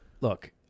look